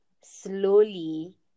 slowly